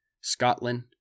Scotland